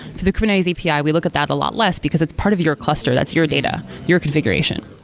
for the kubernetes api, we look at that a lot less, because it's part of your cluster, that's your data, your configuration.